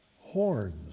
horns